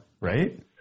right